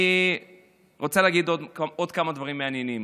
אני רוצה להגיד עוד כמה דברים מעניינים.